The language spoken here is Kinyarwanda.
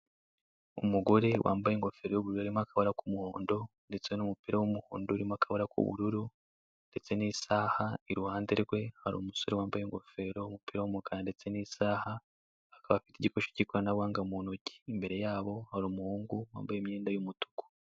Umugore wambaye ingofero y'ubururu irimo akabara k'umuhondo, ndetse n'umupira w'umuhondo urimo akabara k'ubururu, ndetse n'isaha iruhande rwe hari umusore wambaye ingofero n'umupira w'umukara ndetse n'isaha, akaba afite igikoresho cy'ikoranabuhanga mu ntoki.